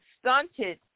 stunted